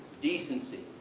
decency.